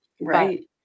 right